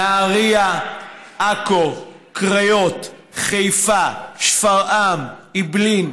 נהריה, עכו, הקריות, חיפה, שפרעם, אעבלין,